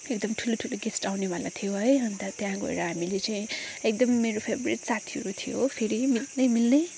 एकदम ठुलो ठुलो गेस्ट आउनेवाला थियो है अन्त त्यहाँ गएर हामीले चाहिँ एकदम मेरो फेभ्रेट साथीहरू थियो फेरि मिल्ने मिल्ने